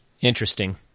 Interesting